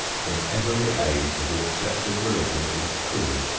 in every age the accepted religion is true,